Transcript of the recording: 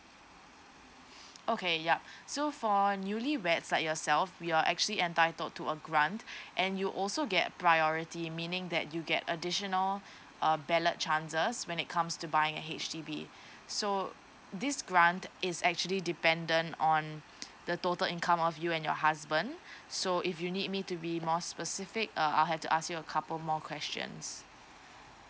okay ya so for newly wed like yourself you're actually entitled to a grant and you also get priority meaning that you get additional uh ballot chances when it comes to buying a H_D_B so these grant is actually dependent on the total income of you and your husband so if you need me to be more specific uh I'll have to ask you a couple more questions